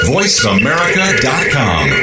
VoiceAmerica.com